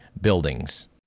buildings